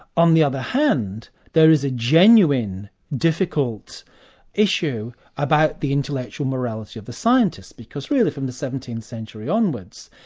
on the other hand, there is a genuine difficult issue about the intellectual morality of the scientist, because really from the seventeenth century onwards,